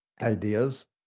ideas